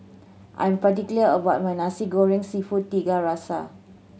I'm particular about my Nasi Goreng Seafood Tiga Rasa